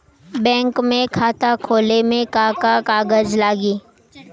Bank में खाता खोले मे का का कागज लागी?